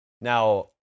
Now